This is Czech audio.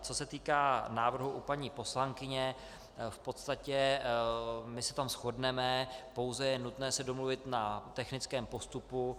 Co se týká návrhu u paní poslankyně, v podstatě se v tom shodneme, pouze je nutné se domluvit na technickém postupu.